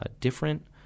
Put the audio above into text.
different